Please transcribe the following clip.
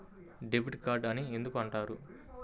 Debit card అని ఎందుకు అంటారు?